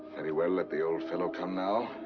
very well, let the old fellow come now.